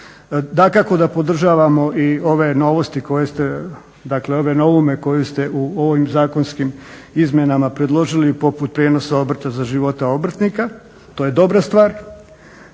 Dakako da podržavamo i ove novosti, dakle ove novume koje ste u ovim zakonskim izmjenama predložili poput prijenosa obrta za života obrtnika, to je dobra stvar